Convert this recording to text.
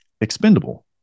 expendable